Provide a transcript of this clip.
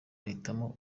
ahitamo